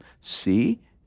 see